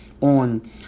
on